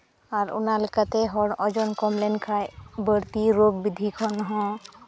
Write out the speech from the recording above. ᱟᱨ ᱚᱱᱟᱞᱮᱠᱟᱛᱮ ᱦᱚᱲ ᱳᱡᱚᱱ ᱠᱚᱢ ᱞᱮᱱᱠᱷᱟᱱ ᱵᱟᱹᱲᱛᱤ ᱨᱳᱜᱽ ᱵᱤᱫᱷᱤ ᱠᱚᱱ ᱦᱚᱸ